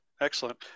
Excellent